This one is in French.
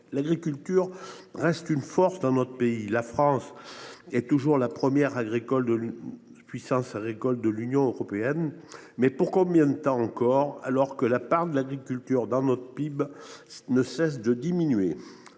L’agriculture reste une force dans notre pays. La France est toujours la première puissance agricole de l’Union européenne, mais pour combien de temps encore, alors que la part de l’agriculture dans notre PIB ne cesse de diminuer ?